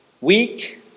weak